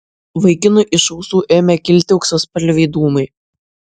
vaikinui iš ausų ėmė kilti auksaspalviai dūmai